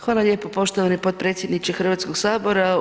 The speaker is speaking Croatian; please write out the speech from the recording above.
Hvala lijepo poštovani potpredsjedniče Hrvatskog sabora.